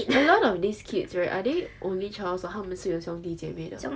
a lot of these kids right are they only child or 他们是有兄弟姐妹的